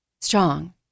strong